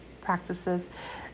practices